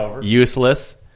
Useless